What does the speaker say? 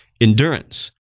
endurance